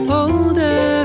older